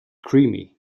creamy